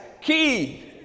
key